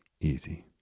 easy